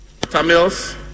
Tamils